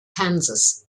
kansas